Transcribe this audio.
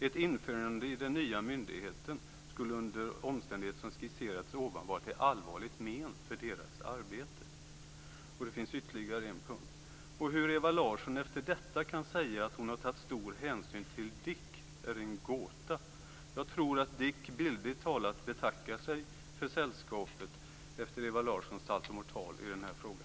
Ett införande i den nya myndigheten skulle under de omständigheter som skisserats vara till allvarligt men för deras arbete. Hur Ewa Larsson efter detta kan säga att hon har tagit stor hänsyn till DIK är en gåta. Jag tror att DIK bildligt talat betackar sig för sällskapet efter Ewa Larssons saltomortal i denna fråga.